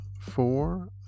four